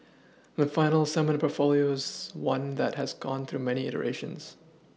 the final assembled portfolio is one that has gone through many iterations